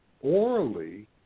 orally